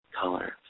colors